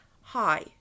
hi